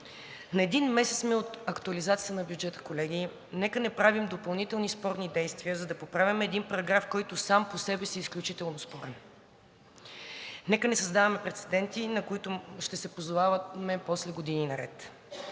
На един месец сме от актуализацията на бюджета, колеги, нека не правим допълнителни спорни действия, за да поправяме един параграф, който сам по себе си е изключително спорен, нека не създаваме прецеденти, на които ще се позоваваме после години наред.